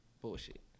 Bullshit